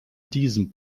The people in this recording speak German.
diesen